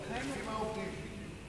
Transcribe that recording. איך עובדים?